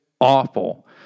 awful